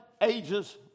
ages